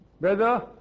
Brother